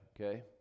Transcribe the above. Okay